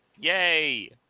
Yay